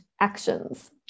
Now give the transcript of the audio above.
actions